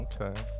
okay